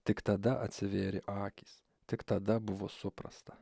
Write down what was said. tik tada atsivėrė akys tik tada buvo suprasta